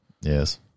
Yes